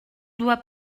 doit